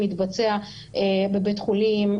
מתבצע בבית חולים,